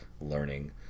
learning